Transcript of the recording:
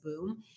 boom